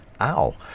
Ow